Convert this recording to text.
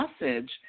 message